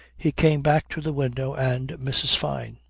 he came back to the window and mrs. fyne.